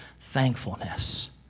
thankfulness